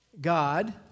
God